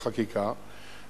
לחקיקה,